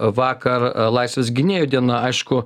vakar laisvės gynėjų diena aišku